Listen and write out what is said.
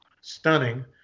stunning